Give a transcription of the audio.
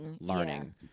learning